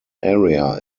area